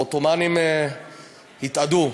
העות'מאנים התאדו.